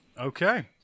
okay